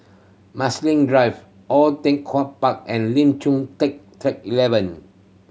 Marsiling Drive Oei Tiong Ham Park and Lim Chu Kang Track Eleven